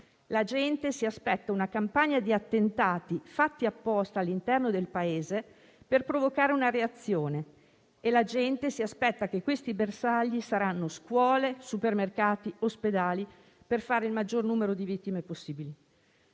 La gente si aspetta una campagna di attentati fatti apposta all'interno del Paese per provocare una reazione e che i bersagli saranno scuole, supermercati e ospedali per fare il maggior numero di vittime possibili.